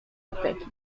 apteki